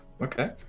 Okay